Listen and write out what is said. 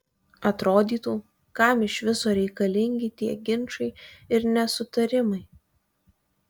atrodytų kam iš viso reikalingi tie ginčai ir nesutarimai